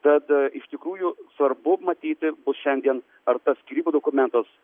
tad iš tikrųjų svarbu matyti bus šiandien ar tas skyrybų dokumentas